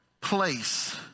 place